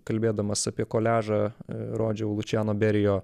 kalbėdamas apie koliažą rodžiau lučiano berijo